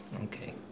Okay